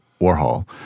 Warhol